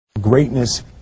Greatness